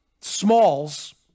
Smalls